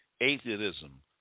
Atheism